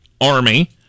Army